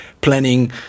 planning